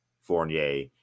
Fournier